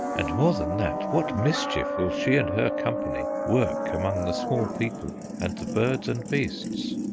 and more than that, what mischief will she and her company work among the small people and the birds and beasts?